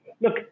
look